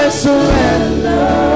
surrender